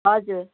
हजुर